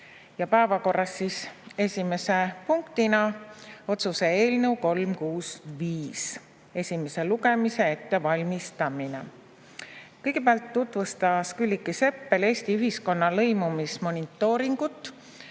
Päevakorras oli esimese punktina otsuse eelnõu 365 esimese lugemise ettevalmistamine. Kõigepealt tutvustas Külliki Seppel "Eesti ühiskonna lõimumismonitooringut